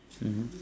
mmhmm